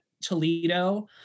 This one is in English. Toledo